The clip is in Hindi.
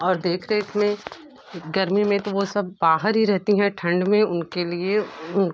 और देख रेख में गर्मी में तो वो सब बाहर ही रहती हैं ठंड में उनके लिए उन